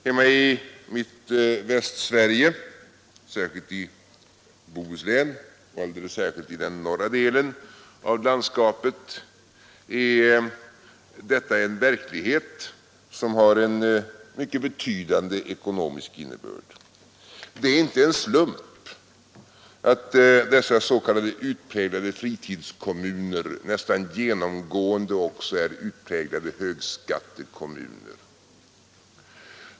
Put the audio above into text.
Hemma i mitt Västsverige, framför allt i Bohuslän och alldeles särskilt i den norra delen av landskapet, är detta en verklighet som har en mycket betydande ekonomisk innebörd. Det är inte en slump att dessa s.k. utpräglade fritidskommuner nästan genomgående också är utpräglade högskattekommuner.